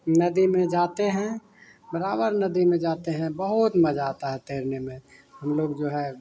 नदी में जाते हैं बराबर नदी में जाते हैं बहुत मजा आता है तैरने में हम लोग